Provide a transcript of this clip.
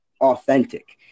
authentic